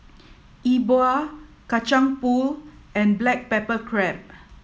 E Bua Kacang Pool and Black Pepper Crab